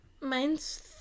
Mine's